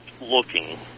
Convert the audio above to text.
looking